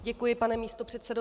Děkuji, pane místopředsedo.